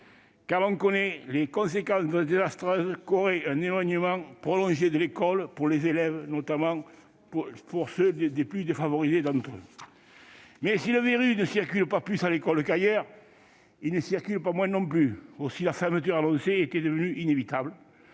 car on connaît les conséquences désastreuses d'un éloignement prolongé de l'école pour les élèves, notamment pour les plus défavorisés d'entre eux. Toutefois, si le virus ne circule pas plus à l'école qu'ailleurs, il n'y circule pas moins non plus, aussi, la fermeture annoncée était devenue inévitable.